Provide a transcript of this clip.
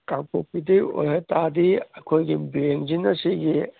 ꯀꯥꯡꯄꯣꯛꯄꯤꯗꯒꯤ ꯑꯣꯏꯔ ꯇꯥꯔꯗꯤ ꯑꯩꯈꯣꯏꯒꯤ ꯕꯦꯡꯁꯤꯅ ꯁꯤꯒꯤ